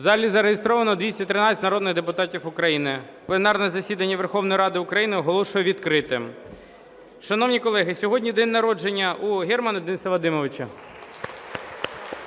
У залі зареєстровано 213 народних депутатів України. Пленарне засідання Верховної Ради України оголошую відкритим. Шановні колеги, сьогодні день народження у Германа Дениса Вадимовича.